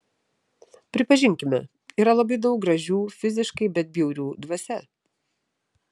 pripažinkime yra labai daug gražių fiziškai bet bjaurių dvasia